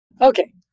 Okay